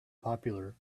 popular